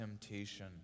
temptation